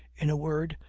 in a word,